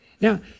Now